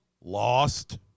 lost